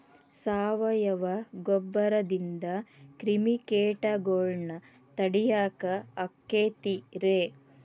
ಸಾವಯವ ಗೊಬ್ಬರದಿಂದ ಕ್ರಿಮಿಕೇಟಗೊಳ್ನ ತಡಿಯಾಕ ಆಕ್ಕೆತಿ ರೇ?